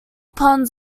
ponds